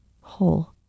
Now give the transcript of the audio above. whole